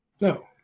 No